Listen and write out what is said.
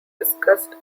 discussed